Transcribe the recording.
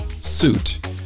suit